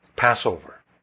Passover